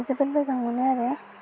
जोबोद मोजां मोनो आरो